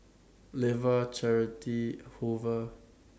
Levar Charity Hoover